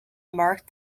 marked